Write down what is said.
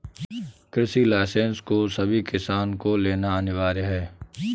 कृषि लाइसेंस को सभी किसान को लेना अनिवार्य है